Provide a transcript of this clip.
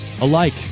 alike